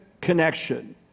connection